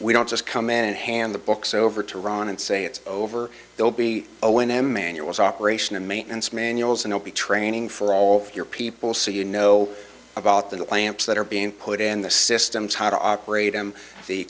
we don't just come in and hand the books over to ron and say it's over they'll be a when emmanuel's operation and maintenance manuals and i'll be training for all your people so you know about the lamps that are being put in the systems how to operate em the